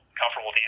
comfortable